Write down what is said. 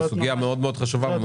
זו סוגיה מאוד מאוד חשובה.